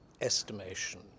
estimation